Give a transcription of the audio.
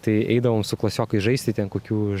tai eidavom su klasiokais žaisti ten kokių